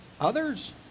Others